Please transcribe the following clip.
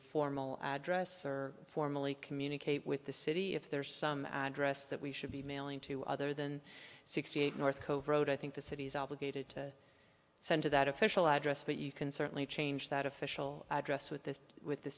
formal address or formally communicate with the city if there is some dress that we should be mailing to other than sixty eight north cove road i think the city is obligated to send to that official address but you can certainly change that official address with this with the